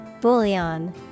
Bouillon